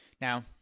Now